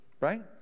Right